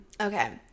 okay